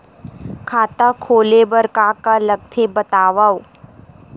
खाता खोले बार का का लगथे बतावव?